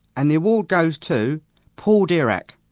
and the award goes to paul dirac.